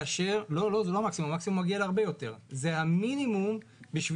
זה לא המקסימום.